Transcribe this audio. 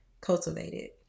cultivated